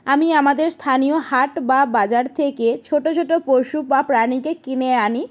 আমি আমাদের স্থানীয় হাট বা বাজার থেকে ছোটো ছোটো পশু বা প্রাণীকে কিনে আনি